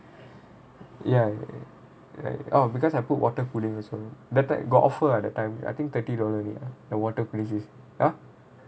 ya orh because I put water cooling also bett~ got offer ah that time I think twenty dollar only the water near the water res~